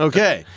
Okay